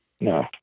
No